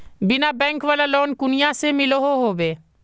बिना बैंक वाला लोन कुनियाँ से मिलोहो होबे?